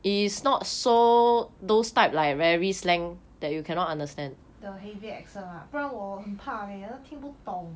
the heavy accent lah 不然我很怕 leh 听不懂